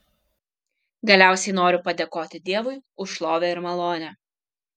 galiausiai noriu padėkoti dievui už šlovę ir malonę